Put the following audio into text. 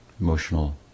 emotional